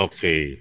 Okay